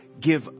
give